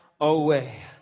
away